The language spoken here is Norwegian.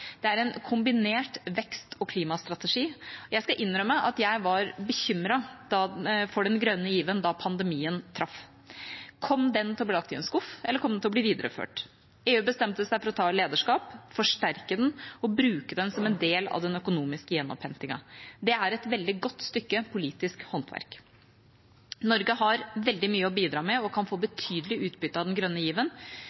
Det er en kombinert vekst- og klimastrategi. Jeg skal innrømme at jeg var bekymret for den grønne given da pandemien traff. Kom den til å bli lagt i en skuff, eller kom den til å bli videreført? EU bestemte seg for å ta lederskap, forsterke den og bruke den som en del av den økonomiske gjenopphentingen. Det er et veldig godt stykke politisk håndverk. Norge har veldig mye å bidra med og kan få